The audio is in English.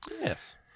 yes